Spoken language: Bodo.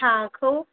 फिताखौ